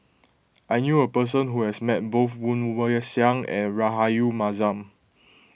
I knew a person who has met both Woon Wah Siang and Rahayu Mahzam